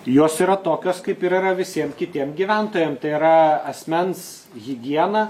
jos yra tokios kaip ir yra visiem kitiem gyventojam tai yra asmens higiena